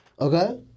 Okay